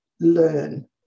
learn